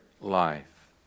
life